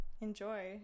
enjoy